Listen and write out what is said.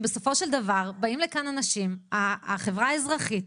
בסופו של דבר באים לכאן אנשים, החברה האזרחית,